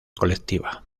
colectiva